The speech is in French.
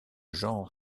genre